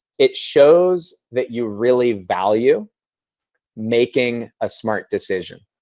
it shows that you really value making a smart decision.